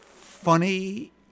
funny